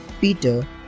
Peter